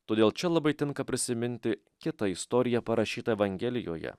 todėl čia labai tinka prisiminti kitą istorija parašyta evangelijoje